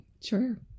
sure